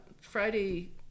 Friday